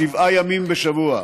שבעה ימים בשבוע,